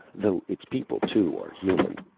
though its people too are human,